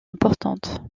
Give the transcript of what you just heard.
importante